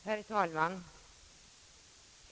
Herr talman!